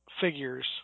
figures